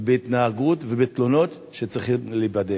ובהתנהגות ובתלונות שצריכים להיבדק.